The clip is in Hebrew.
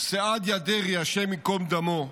סעדיה דרעי, השם ייקום דמו,